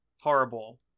Horrible